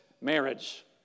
marriage